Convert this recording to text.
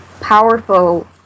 powerful